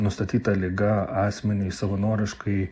nustatyta liga asmeniui savanoriškai